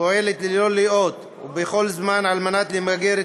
פועלת ללא לאות ובכל זמן על מנת למגר את